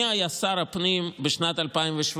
מי היה שר הפנים בשנת 2017,